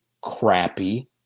crappy